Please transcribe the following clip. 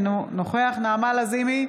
אינו נוכח נעמה לזימי,